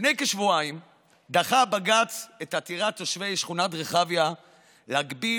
לפני כשבועיים דחה הבג"ץ את עתירת תושבי שכונת רחביה להגביל